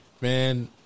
Man